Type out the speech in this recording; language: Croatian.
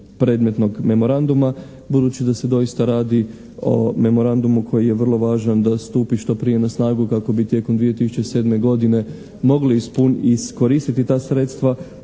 predmetnog memoranduma, budući da se doista radi o memorandumu koji je vrlo važan da stupi što prije na snagu kako bi tijekom 2007. godine mogli iskoristiti ta sredstva.